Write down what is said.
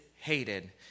hated